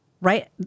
Right